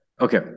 okay